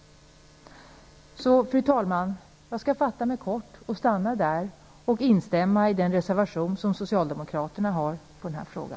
Fru talman! Jag skall fatta mig kort och stanna här och instämma i socialdemokraternas reservation i denna fråga.